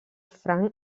franc